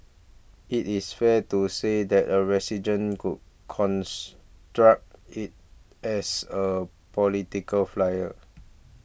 is it fair to say that a resident could construct it as a political flyer